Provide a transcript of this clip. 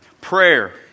prayer